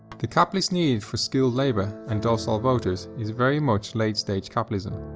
the capitalist need for skilled labour and docile voters is very much late-stage capitalism.